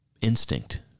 instinct